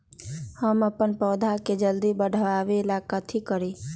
हम अपन पौधा के जल्दी बाढ़आवेला कथि करिए?